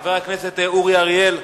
חבר הכנסת אורי אריאל,